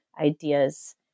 ideas